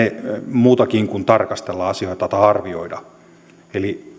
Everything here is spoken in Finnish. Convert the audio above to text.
muutakin kuin tarkastella tai arvioida asioita eli